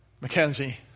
Mackenzie